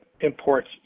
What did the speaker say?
imports